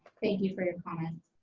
thank you for your comments.